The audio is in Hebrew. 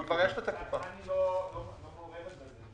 היא לא מעורבת בזה.